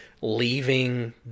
leaving